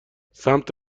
سمت